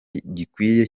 gikwiye